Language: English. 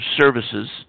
services